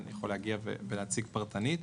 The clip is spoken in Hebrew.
אני יכול להגיע ולהציג פרטנית.